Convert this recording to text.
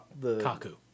Kaku